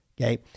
Okay